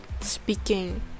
speaking